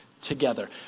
together